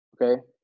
okay